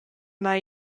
mei